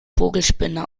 vogelspinne